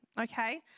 okay